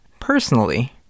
personally